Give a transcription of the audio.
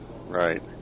Right